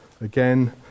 Again